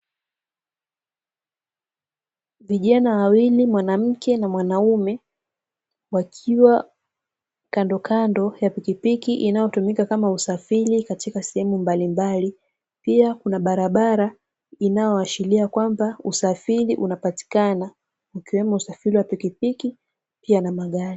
Vijana wawili, mwanamke na mwanaume, wakiwa kandokando ya pikipiki inayotumika kama usafiri katika sehemu mbalimbali, pia kuna barabara inayoashiria kwamba usafiri unapatikana, ikiwemo usafiri wa pikipiki, pia na magari.